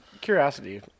Curiosity